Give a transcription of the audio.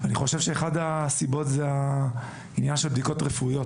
אני חושב שאחת הסיבות היא העניין של הבדיקות הרפואיות,